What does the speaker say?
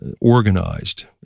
organized